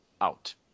out